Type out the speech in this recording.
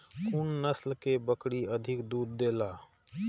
कुन नस्ल के बकरी अधिक दूध देला?